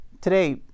Today